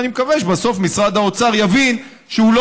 ואני מקווה שבסוף משרד האוצר יבין שהוא לא